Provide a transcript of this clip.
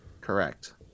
correct